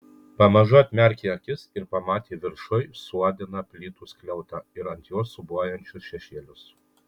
pamažu atmerkė akis ir pamatė viršuj suodiną plytų skliautą ir ant jo siūbuojančius šešėlius